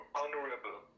honorable